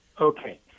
Okay